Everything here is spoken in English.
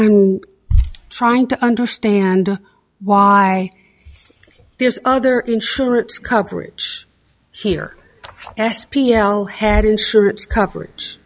and trying to understand why there's other insurance coverage here s p l head insurance coverage